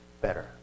better